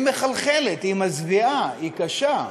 היא מחלחלת, היא מזוויעה, היא קשה,